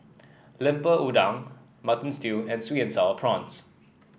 Lemper Udang Mutton Stew and sweet and sour prawns